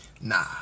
Nah